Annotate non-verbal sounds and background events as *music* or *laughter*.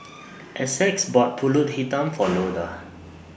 Essex bought Pulut Hitam For *noise* Loda